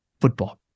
football